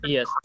Yes